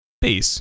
peace